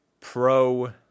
Pro